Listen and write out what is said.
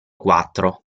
quattro